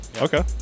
Okay